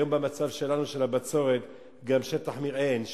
היום במצב שלנו של הבצורת גם שטח מרעה אין שם.